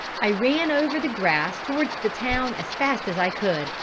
i ran over the grass towards the town as fast as i could,